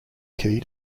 key